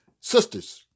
sisters